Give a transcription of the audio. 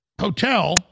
hotel